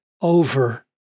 over